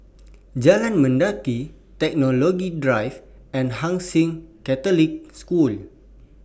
Jalan Mendaki Technology Drive and Hai Sing Catholic School